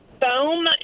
foam